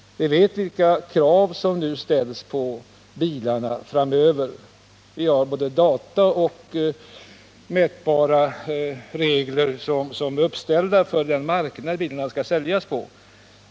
Vi vet vilka krav som kommer att ställas på bilarna framöver. Vi har ju nu tillgång till data, och vi har mätbara regler som är uppställda för den marknad bilarna skall säljas på.